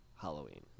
Halloween